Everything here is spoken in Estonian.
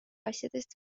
asjadest